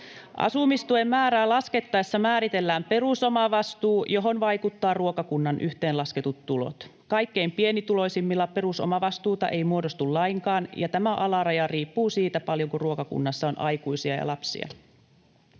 Asumistuen määrää laskettaessa määritellään perusomavastuu, johon vaikuttavat ruokakunnan yhteenlasketut tulot. Kaikkein pienituloisimmilla perusomavastuuta ei muodostu lainkaan, ja tämä alaraja riippuu siitä, paljonko ruokakunnassa on aikuisia ja lapsia.